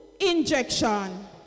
injection